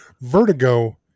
Vertigo